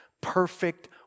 perfect